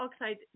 oxide